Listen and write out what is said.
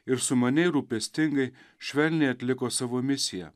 ir sumaniai rūpestingai švelniai atliko savo misiją